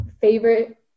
favorite